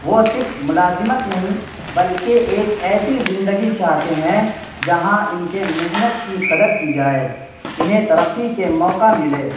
وہ صرف ملازمت نہیں بلکہ ایک ایسی زندگی چاہتے ہیں جہاں ان کے محنت کی قدر کی جائے انہیں ترقی کے موقعہ ملے